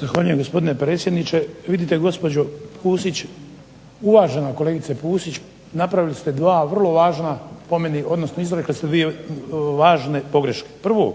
Zahvaljujem gospodine predsjedniče. Vidite gospođo Pusić, uvažena kolegice Pusić, napravili ste dva vrlo važna po meni, odnosno izrekli ste dvije važne pogreške. Prvo,